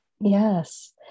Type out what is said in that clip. Yes